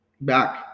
back